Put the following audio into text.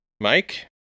Mike